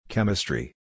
Chemistry